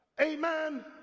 amen